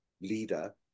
leader